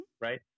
right